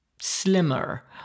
slimmer